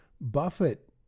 Buffett